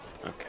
Okay